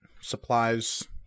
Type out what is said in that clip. supplies